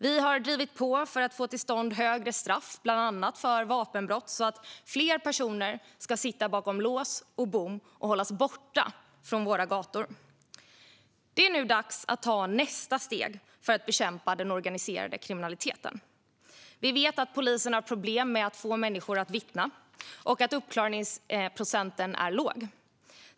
Vi har drivit på för att få till stånd högre straff, bland annat för vapenbrott, så att fler personer ska sitta bakom lås och bom och hållas borta från våra gator. Det är nu dags att ta nästa steg för att bekämpa den organiserade kriminaliteten. Vi vet att polisen har problem med att få människor att vittna och att uppklaringsprocenten är låg.